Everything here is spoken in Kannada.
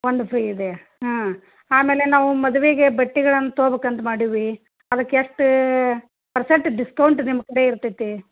ಒಂದು ಫ್ರೀ ಇದೆ ಹಾಂ ಆಮೇಲೆ ನಾವು ಮದುವೆಗೆ ಬಟ್ಟೆಗಳನ್ನ ತಗೊಬೇಕಂತ ಮಾಡೀವಿ ಅದಕ್ಕೆ ಎಷ್ಟು ಪರ್ಸೆಂಟ್ ಡಿಸ್ಕೌಂಟ್ ನಿಮ್ಮ ಕಡೆ ಇರ್ತೈತೆ